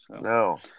No